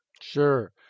Sure